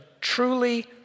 truly